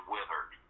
Withered